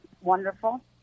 wonderful